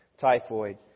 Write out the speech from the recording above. typhoid